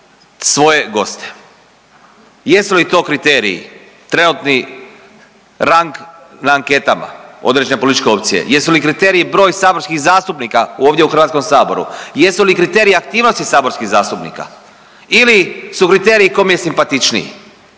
svoje goste? Jesu li to kriteriji trenutni rang na anketama određene političke opcije, jesu li kriteriji broj saborskih zastupnika ovdje u HS, jesu li kriteriji aktivnosti saborskih zastupnika ili su kriteriji ko im je simpatičniji,